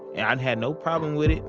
and had no problem with it.